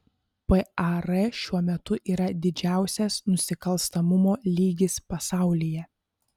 par šiuo metu yra didžiausias nusikalstamumo lygis pasaulyje